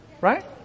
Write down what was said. right